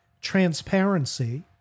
transparency